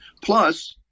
Plus